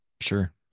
sure